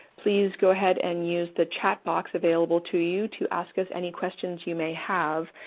please go ahead and use the chat box available to you to ask us any questions you may have.